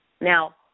Now